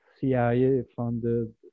CIA-funded